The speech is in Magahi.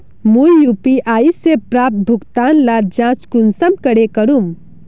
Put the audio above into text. मुई यु.पी.आई से प्राप्त भुगतान लार जाँच कुंसम करे करूम?